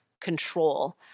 control